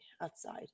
outside